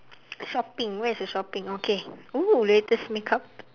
shopping where is the shopping okay oo latest makeup